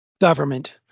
government